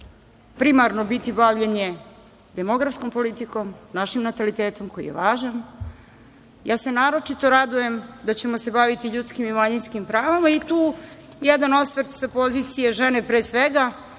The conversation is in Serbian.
primarno biti bavljenje demografskom politikom, našim natalitetom, koji je važan. Ja se naročito radujem da ćemo se baviti ljudskim i manjinskim pravima. I tu jedan osvrt sa pozicije žene, pre svega,